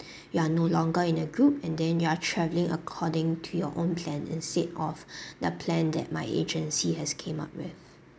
you are no longer in a group and then you are travelling according to your own plan instead of the plan that my agency has came up with